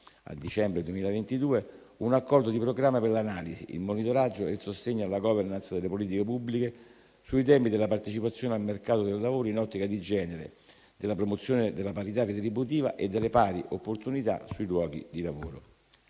a dicembre 2022 un accordo di programma per l'analisi, il monitoraggio e il sostegno alla *governance* delle politiche pubbliche sui temi della partecipazione al mercato del lavoro in ottica di genere, della promozione della parità retributiva e delle pari opportunità sui luoghi di lavoro.